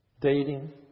dating